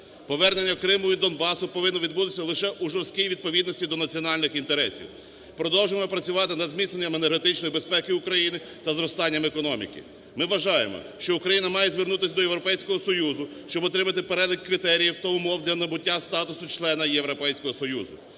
Повернення Криму і Донбасу повинно відбутися лише у жорсткій відповідності до національних інтересів. Продовжимо працювати над зміцненням енергетичної безпеки України та зростанням економіки. Ми вважаємо, що Україна має звернутись до Європейського Союзу, щоб отримати перелік критеріїв та умов для набуття статусу члена Європейського Союзу.